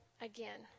again